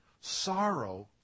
sorrow